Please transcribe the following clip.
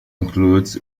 includes